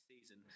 season